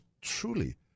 truly